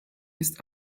ist